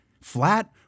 Flat